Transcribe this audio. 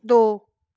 ਦੋ